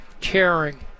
caring